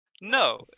No